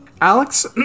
Alex